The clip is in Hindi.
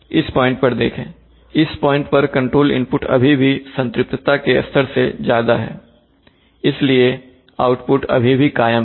इस पॉइंट पर देखें इस पॉइंट पर कंट्रोल इनपुट अभी भी संतृप्तता के स्तर से ज्यादा है इसलिए आउटपुट अभी भी कायम है